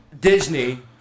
Disney